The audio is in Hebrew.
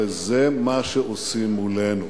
הרי זה מה שעושים מולנו.